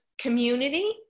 community